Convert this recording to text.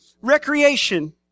recreation